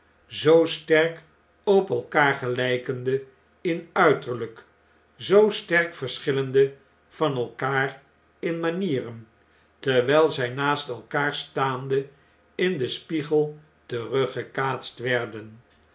zoo sterk op elkaar geljkende in uiterlp zoo sterk verschillende van elkaar in manieren terwjjl zg naast elkaar staande in den spiegel teruggekaatst werden